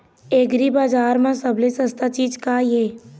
एग्रीबजार म सबले सस्ता चीज का ये?